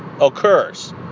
occurs